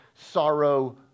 sorrow